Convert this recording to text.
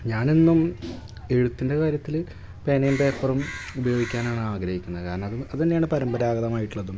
ഞാനെന്നും എഴുത്തിൻ്റെ കാര്യത്തിൽ പേനയും പേപ്പറും ഉപയോഗിക്കാനാണ് ആഗ്രഹിക്കുന്നത് കാരണം അതു തന്നെയാണ് പരമ്പരാഗതമായിട്ടുള്ളതും